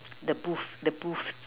the booth the booth